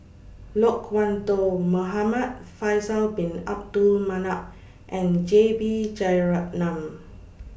Loke Wan Tho Muhamad Faisal Bin Abdul Manap and J B Jeyaretnam